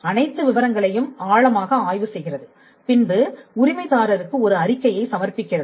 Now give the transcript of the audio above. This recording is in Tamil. அனைத்து விவரங்களையும் ஆழமாக ஆய்வு செய்கிறது பின்பு உரிமை தாரருக்கு ஒரு அறிக்கையை சமர்ப்பிக்கிறது